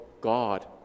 God